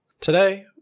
Today